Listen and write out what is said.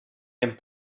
and